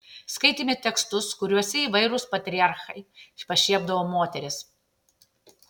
skaitėme tekstus kuriuose įvairūs patriarchai pašiepdavo moteris